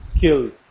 killed